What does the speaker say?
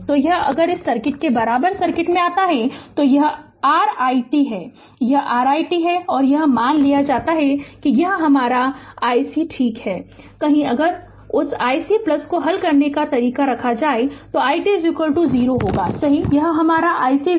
तो यह अगर इस सर्किट के बराबर सर्किट में आता है तो यह r i t यह r i t है और यह मान लिया जाता है कि यह हमारा iC ठीक है कहीं अगर उस iC को हल करने का तरीका रखा जाए तो i t 0 सही या यह हमारा iC i t